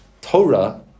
Torah